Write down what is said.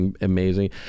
amazing